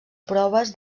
proves